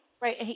Right